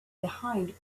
behind